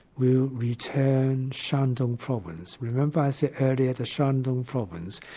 we'll return shandong province. remember i said earlier the shandong province,